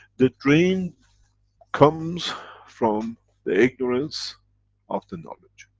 the drain comes from the ignorance of the knowledge.